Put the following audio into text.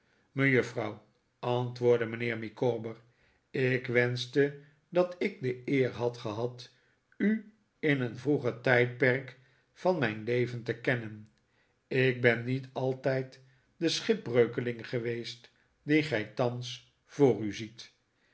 mejuffrouw antwoordde mijnheer micawber ik wenschte dat ik de eer had gehad u in een vroeger tijdperk van mijn leven te kennen ik ben niet altijd de schipbreukeling geweest dien gij thans voor u ziet